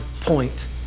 point